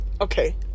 Okay